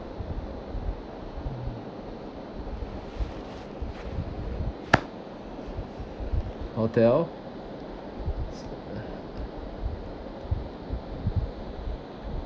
mm hotel